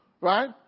Right